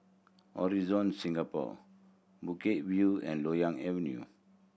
Horizon Singapore Bukit View and Loyang Avenue